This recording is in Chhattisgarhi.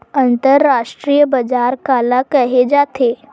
अंतरराष्ट्रीय बजार काला कहे जाथे?